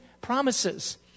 promises